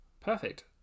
perfect